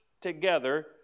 together